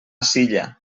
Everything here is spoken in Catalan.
silla